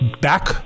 back